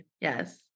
Yes